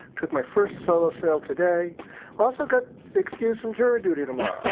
took my first solo sail today also got excused from jury duty tomorrow